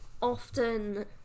often